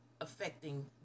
affecting